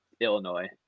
Illinois